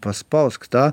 paspausk tą